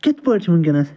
کِتھ پٲٹھۍ چھِ وُنٛکیٚس